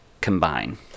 combine